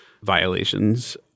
violations